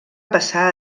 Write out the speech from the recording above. passar